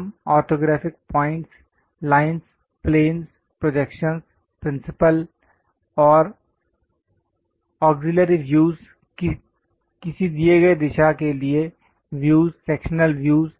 हम orthographic points lines planes projections principal और auxiliary views किसी दिए गए दिशा के लिए व्यूज सेक्शनल व्यूज